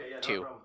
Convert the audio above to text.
Two